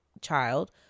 child